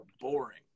boring